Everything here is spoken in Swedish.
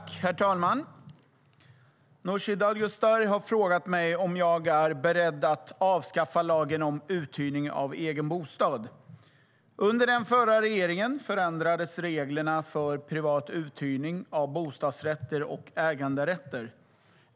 Herr talman! Nooshi Dadgostar har frågat mig om jag är beredd att avskaffa lagen om uthyrning av egen bostad. Under den förra regeringen förändrades reglerna för privat uthyrning av bostadsrätter och äganderätter.